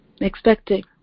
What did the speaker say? expecting